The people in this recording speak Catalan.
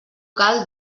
cal